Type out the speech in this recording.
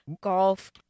Golf